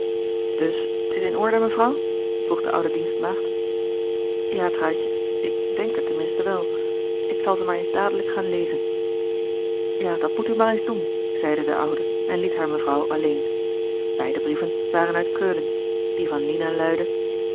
dus t is in orde mevrouw vroeg de oude dienstmaagd ja truitje ik denk het ten minste wel ik zal ze maar eens dadelijk gaan lezen ja dat moet u maar eens doen zeide de oude en liet hare mevrouw alleen beide brieven waren uit keulen die van lina luidde